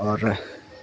اور